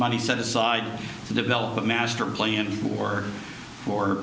money set aside to develop a master play in or for